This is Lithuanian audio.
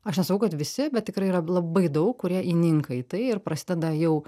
aš nesakau kad visi bet tikrai yra labai daug kurie įninka į tai ir prasideda jau